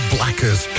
Blackers